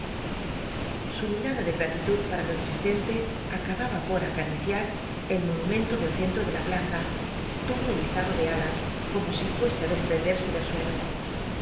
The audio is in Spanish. su mirada de gratitud para lo existente acababa por acariciar el monumento del centro de la plaza todo erizado de alas como si fnese á desprenderse del suelo